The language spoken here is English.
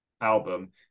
album